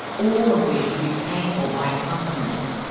all of which will be paid for by customers.